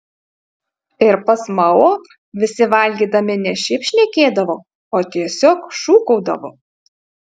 ir pas mao visi valgydami ne šiaip šnekėdavo o tiesiog šūkaudavo